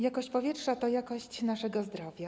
Jakość powietrza to jakość naszego zdrowia.